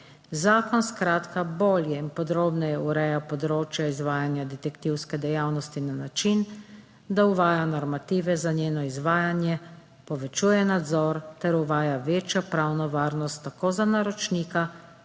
Zakon skratka bolje in podrobneje ureja področje izvajanja detektivske dejavnosti na način, da uvaja normative za njeno izvajanje, povečuje nadzor ter uvaja večjo pravno varnost tako za naročnika